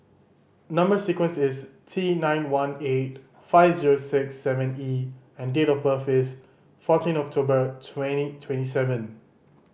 number sequence is T nine one eight five zero six seven E and date of birth is fourteen October twenty twenty seven